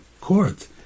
court